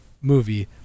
movie